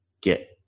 get